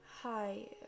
hi